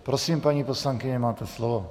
Prosím, paní poslankyně, máte slovo.